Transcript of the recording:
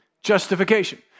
Justification